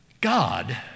God